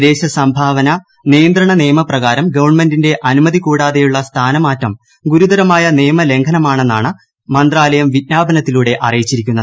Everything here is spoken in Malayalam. വിദേശ സംഭാവന നിയന്ത്രണ നിയമപ്രകാരം ഗവൺമെന്റിന്റെ അനുമതി കൂടാതെയുള്ള സ്ഥാനമാറ്റം ഗുരുതരമായ നിയമ ലംഘനമാണെന്നാണ് മന്ത്രാലയം വിജ്ഞാപനത്തിലൂടെ അറിയിച്ചിരിക്കുന്നത്